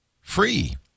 free